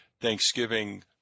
Thanksgiving